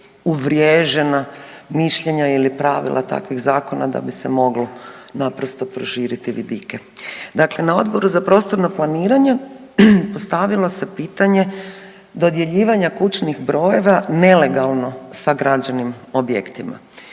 uvriježena mišljenja ili pravila takvih zakona da bi se moglo naprosto proširiti vidike. Dakle, na Odboru za prostorno planiranje postavilo se pitanje dodjeljivanja kućnih brojeva nelegalno sagrađenim objektima.